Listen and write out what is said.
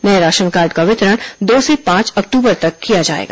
नए राशनकार्ड का वितरण दो से पांच अक्टूबर तक किया जाएगा